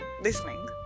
listening